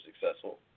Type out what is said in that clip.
successful